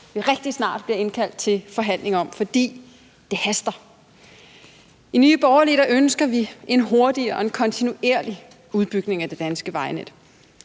vi rigtig snart bliver indkaldt til forhandlinger om, fordi det haster. I Nye Borgerlige ønsker vi en hurtig og en kontinuerlig udbygning af det danske vejnet.